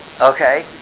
Okay